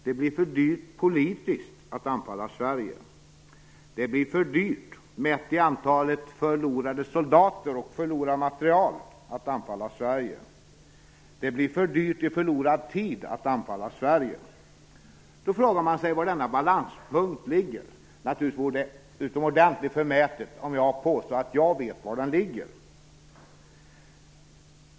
Det blir för dyrt politiskt att anfalla Sverige. Det blir för dyrt mätt i antalet förlorade soldater och förlorad materiel att anfalla Sverige. Det blir för dyrt i förlorad tid att anfalla Sverige. Då frågar man sig var denna balanspunkt ligger. Naturligtvis vore det utomordentligt förmätet av mig att påstå att jag vet var den ligger.